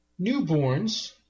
newborns